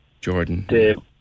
Jordan